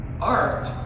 art